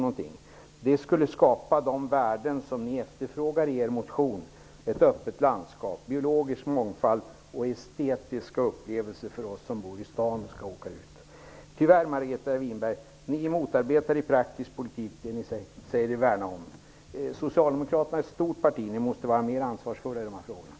Det här skulle ge de värden som ni efterfrågar i er motion: ett öppet landskap, biologisk mångfald och estetiska upplevelser för oss som bor i staden och som åker ut på landet. Jag måste tyvärr säga, Margareta Winberg, att ni i praktisk politik motarbetar det ni säger er värna om. Socialdemokraterna är ett stort parti. Ni måste därför vara mer ansvarsfulla i de här frågorna.